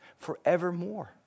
forevermore